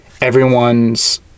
everyone's